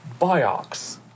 Biox